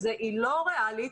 לא ריאלית.